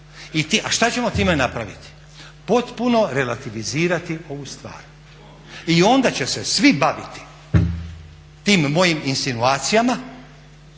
A šta ćemo time napraviti? Potpuno relativizirati ovu stvar. I onda će se svi baviti tim mojim insinuacijama